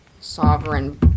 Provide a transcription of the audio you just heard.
sovereign